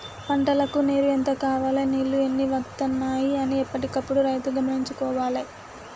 పంటలకు నీరు ఎంత కావాలె నీళ్లు ఎన్ని వత్తనాయి అన్ని ఎప్పటికప్పుడు రైతు గమనించుకోవాలె